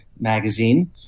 magazine